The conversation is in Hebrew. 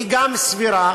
היא גם סבירה,